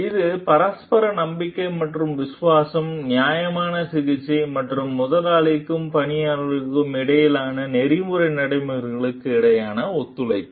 இது பரஸ்பர நம்பிக்கை மற்றும் விசுவாசம் நியாயமான சிகிச்சை மற்றும் முதலாளிக்கும் பணியாளருக்கும் இடையிலான நெறிமுறை நடைமுறைகளுக்கு இடையிலான ஒத்துழைப்பு